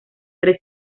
tres